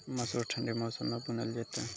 मसूर ठंडी मौसम मे बूनल जेतै?